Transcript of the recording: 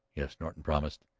yes, norton promised.